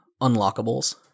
unlockables